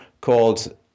called